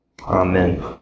Amen